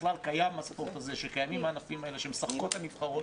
שבכלל קיים הספורט הזה והנבחרת שלנו משחקת בו,